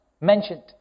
mentioned